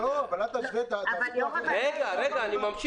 את תנועת הנכנסים לארץ כדי להימנע